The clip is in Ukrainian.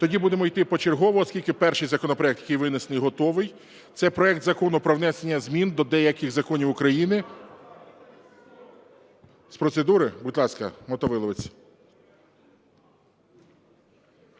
Тоді будемо йти почергово, оскільки перший законопроект, який винесений, готовий. Це проект Закону про внесення змін до деяких законів України… З процедури? Будь ласка, Мотовиловець.